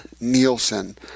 Nielsen